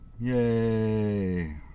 Yay